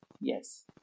Yes